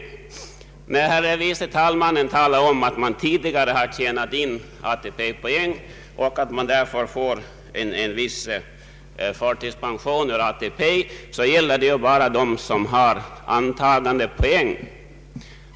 När herr förste vice talmannen talar om att man tidigare tjänat in ATP poäng och därför får förtidspension, gäller detta bara dem som har antagandepoäng.